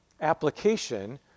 application